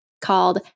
called